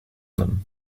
them